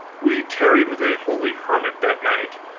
we tarried with a holy hermit, that night,